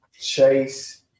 Chase